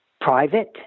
private